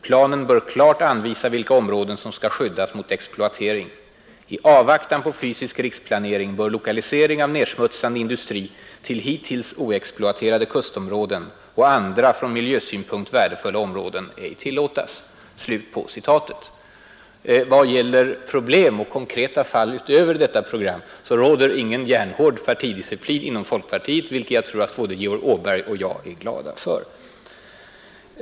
Planen bör klart anvisa vilka områden som skall skyddas mot exploatering. I avvaktan på fysisk riksplanering bör lokalisering av nedsmutsande industri till hittills oexploaterade kustområden och andra från miljösynpunkt värdefulla områden ej tillåtas.” När det gäller problem och konkreta fall utöver detta program råder ingen järnhård partidisciplin inom folkpartiet, vilket jag tror att både Georg Åberg och jag är glada för!